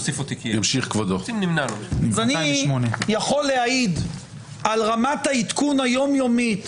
208. אני יכול להעיד על רמת העדכון היומיומית